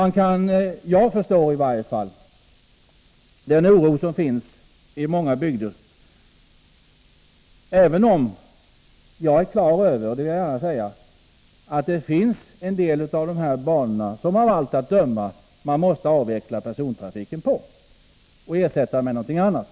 Jagi varje fall förstår den oro som finns i många bygder, även om jag är klar över att persontrafiken på en del av dessa banor av allt att döma måste avvecklas och ersättas med något annat.